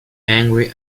angry